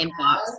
inbox